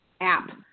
app